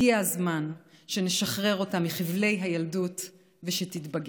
הגיע הזמן שנשחרר אותה מחבלי הילדות ושתתבגר.